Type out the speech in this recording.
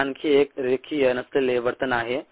हे आणखी एक रेखीय नसलेले वर्तन आहे